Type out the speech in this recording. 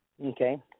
Okay